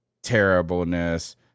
Terribleness